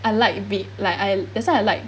I like be like I that's why I like